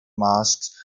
masks